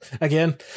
again